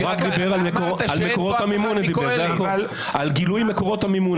הוא רק דיבר על גילוי מקורות המימון.